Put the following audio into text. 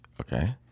Okay